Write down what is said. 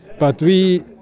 but we,